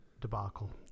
debacle